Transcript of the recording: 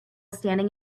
standing